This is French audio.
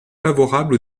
favorables